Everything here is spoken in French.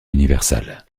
universal